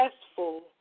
successful